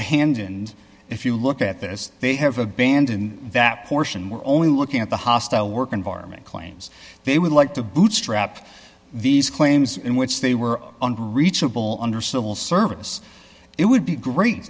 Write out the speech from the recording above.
abandoned if you look at this they have abandoned that portion where only looking at the hostile work environment claims they would like to bootstrap these claims in which they were under reachable under civil service it would be great